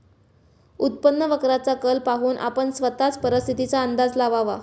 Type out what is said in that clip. उत्पन्न वक्राचा कल पाहून आपण स्वतःच परिस्थितीचा अंदाज लावावा